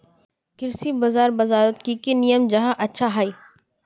कृषि बाजार बजारोत की की नियम जाहा अच्छा हाई?